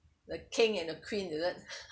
the king and the queen is it